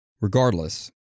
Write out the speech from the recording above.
Regardless